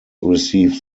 received